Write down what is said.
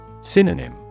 Synonym